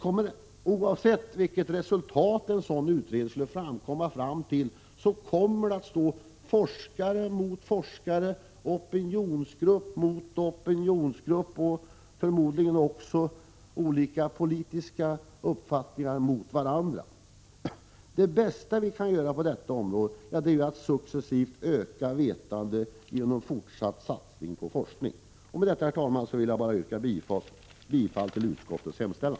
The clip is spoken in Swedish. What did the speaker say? Oavsett vilket resultat en sådan utredning skulle komma fram till kommer forskare att stå mot forskare, opinionsgrupp mot opinionsgrupp, och förmodligen också olika politiska uppfattningar mot varandra. Det bästa vi kan göra på detta område är alltså att successivt öka vetandet genom fortsatt satsning på forskning. Med detta, herr talman, vill jag yrka bifall till utskottets hemställan.